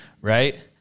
right